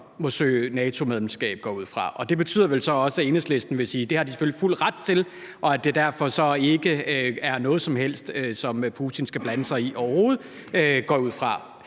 må søge NATO-medlemskab, går jeg ud fra, og det betyder vel så også, at Enhedslisten vil sige, at det har de selvfølgelig fuld ret til, og at det så derfor ikke er noget, som Putin overhovedet skal blande sig i. Det går jeg ud fra.